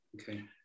Okay